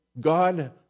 God